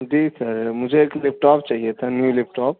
جی sir مجھے ایک laptop چاہیے تھا نیو لیپ ٹاپ